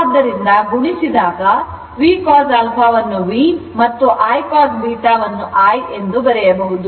ಆದ್ದರಿಂದ ಗುಣಿಸಿದಾಗ Vcos α ಅನ್ನು v ಎಂದು ಮತ್ತು I cos β ಅನ್ನು v ಎಂದು ಬರೆಯಬಹುದು